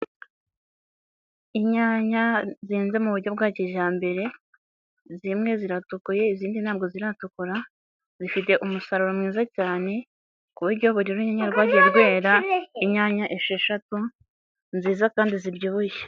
Inyanya zihinze mu buryo bwa kijyambere, zimwe ziratukuye izindi ntago ziratukura, zifite umusaruro mwiza cyane ku buryo buri runyanya rwagiye rwera inyanya esheshatu nziza kandi zibyibushye.